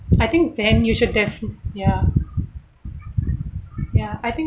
I think then you should defi~ ya ya I think